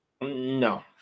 No